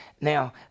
Now